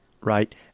right